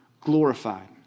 glorified